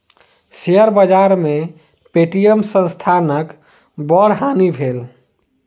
share बाजार में Paytm संस्थानक बड़ हानि भेल